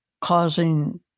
causing